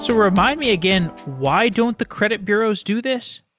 so remind me again, why don't the credit bureaus do this?